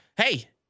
Hey